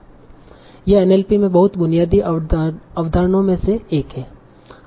यह NLP में बहुत बुनियादी अवधारणाओं में से एक है